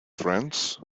friends